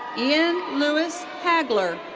ian lewis hagler.